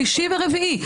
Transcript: שלישי ורביעי,